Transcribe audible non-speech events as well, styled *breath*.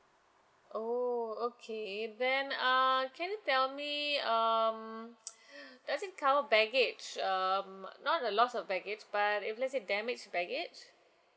oh okay then err can you tell me um *noise* *breath* does it cover baggage um not a lot of baggage but if let's say damaged baggage